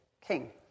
king